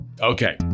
Okay